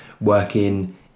working